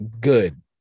good